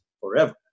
forever